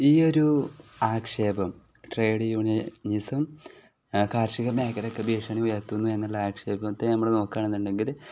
ഈ ഒരു ആക്ഷേപം ട്രേഡ് യൂണിയനിസം കാർഷിക മേഖലക്കൊക്കെ ഭീഷണി ഉയർത്തുന്നു എന്നുള്ള ആക്ഷേപത്തെ നമ്മൾ നോക്കുകയാണെന്നുണ്ടെങ്കിൽ